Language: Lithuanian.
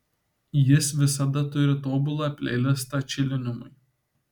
jis visada turi tobulą pleilistą čilinimui